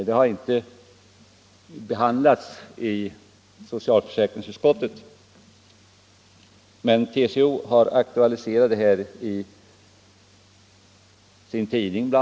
Den har inte behandlats i socialförsäkringsutskottet, men den har aktualiserats bl.a. i TCO:s tidning.